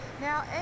Now